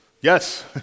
Yes